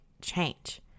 change